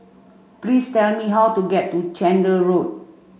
please tell me how to get to Chander Road